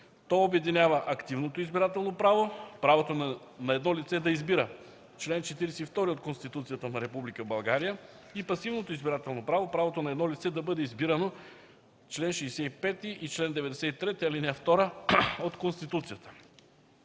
То обединява: активното избирателно право, правото на едно лице да избира – чл. 42 от Конституцията на Република България, и пасивното избирателно право, правото на едно лице да бъде избирано – чл. 65 и чл. 93, ал. 2 от Конституцията.